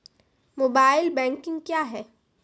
Mobile banking क्या हैं?